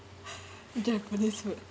japanese food